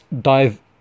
dive